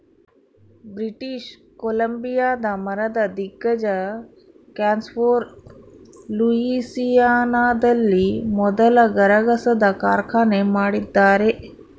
British ಕೊಲಂಬಿಯಾದ ಮರದ ದಿಗ್ಗಜ ಕ್ಯಾನ್ಫೋರ್ ಲೂಯಿಸಿಯಾನದಲ್ಲಿ ಮೊದಲ ಗರಗಸದ ಕಾರ್ಖಾನೆ ಮಾಡಿದ್ದಾರೆ